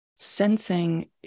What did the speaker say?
sensing